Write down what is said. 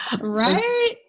right